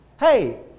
Hey